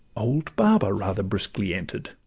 old baba rather briskly enter'd.